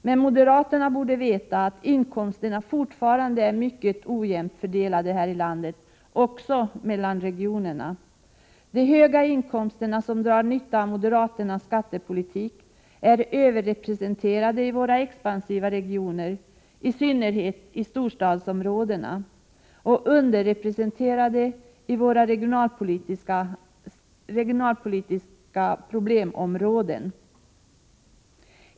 Men moderaterna borde veta att inkomsterna fortfarande är mycket ojämnt fördelade här i landet, också mellan regionerna. Höginkomsttagarna, som drar nytta av moderaternas skattepolitik, är överrepresenterade i våra expansiva regioner — i synnerhet i storstadsområdena — och underrepresenterade i våra regionalpolitiska problemområden.